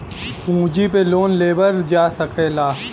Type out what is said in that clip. पूँजी पे लोन लेवल जा सकला